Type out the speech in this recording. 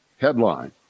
Headline